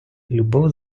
любов